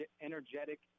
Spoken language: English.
energetic